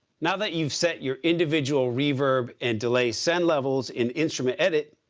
now that you've set your individual reverb and delay send levels in instrument edit,